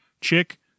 chick